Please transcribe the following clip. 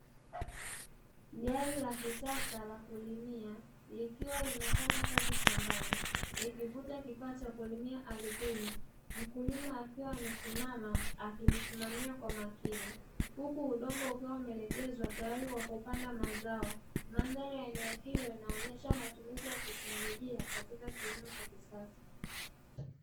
Gari la kisasa la kulimia likiwalinafanya kazi shambani, likivuta kifaa cha kulimia ardhini mkulima akiwa amesimama akilisimamia kwa umakini huku udongo ukiwa umelegezwa, tayari kwa kulimia mazao mandhari ya eneo hilo inaonyesha matumizi ya technologia katika kilimo cha kisasa.